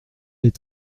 est